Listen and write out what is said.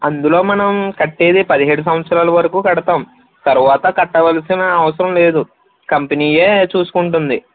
అందులో మనం కట్టేది పదిహేడు సంవత్సరాలు వరకు కడతాం తరువాత కట్టవలసిన అవసరం లేదు కంపెనీయే చూసుకుంటుంది